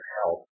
help